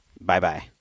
bye-bye